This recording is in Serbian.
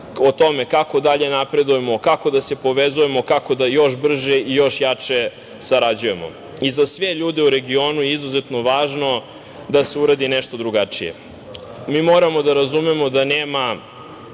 o tome kako dalje napredujemo, kako da se povezujemo, kako da još brže i još jače sarađujemo. Za sve ljude u regionu je izuzetno važno da se uradi nešto drugačije. Mi moramo da razumemo da nema